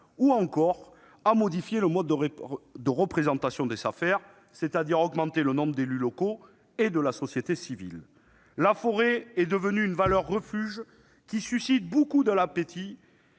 ou encore à modifier le mode de représentation des Safer, en augmentant le nombre d'élus locaux et de la société civile. La forêt est devenue une valeur refuge, qui suscite beaucoup d'appétit